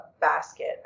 basket